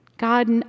God